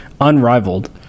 unrivaled